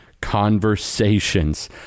conversations